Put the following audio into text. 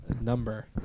Number